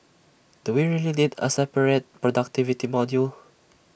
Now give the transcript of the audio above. do we really need A separate productivity module